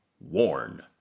Warn